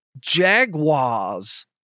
Jaguars